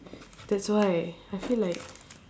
that's why I feel like